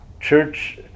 church